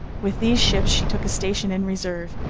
with these ships she took a station in reserve,